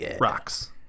Rocks